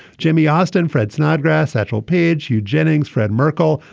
jimmy austin. fred snodgrass. satchel paige you jennings. fred merkle.